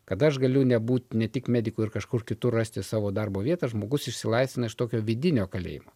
kad aš galiu nebūti ne tik mediku ir kažkur kitur rasti savo darbo vietą žmogus išsilaisvina iš tokio vidinio kalėjimo